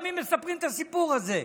למי מספרים את הסיפור הזה?